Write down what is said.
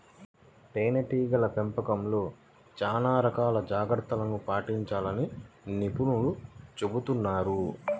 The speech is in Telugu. తేనెటీగల పెంపకంలో చాలా రకాల జాగ్రత్తలను పాటించాలని నిపుణులు చెబుతున్నారు